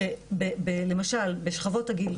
שבשכבות הגיל,